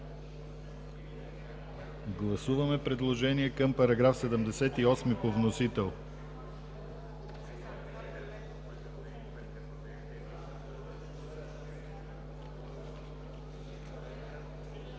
Гласуваме предложение към § 78 по вносител.